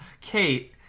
Kate